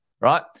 Right